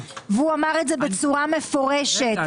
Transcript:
הוא אמר את זה בצורה מפורשת.